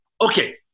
okay